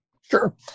Sure